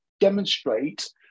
demonstrate